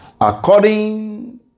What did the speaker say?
According